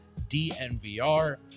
DNVR